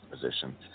position